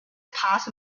past